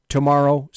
Tomorrow